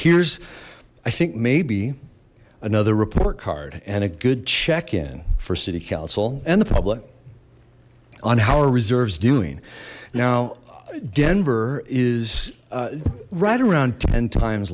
here's i think maybe another report card and a good check in for city council and the public on how our reserves doing now denver is right around ten times